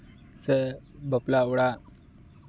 ᱥᱮ ᱵᱟᱯᱞᱟ ᱚᱲᱟᱜ